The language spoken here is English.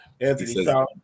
Anthony